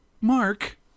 Mark